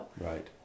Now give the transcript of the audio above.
Right